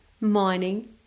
Mining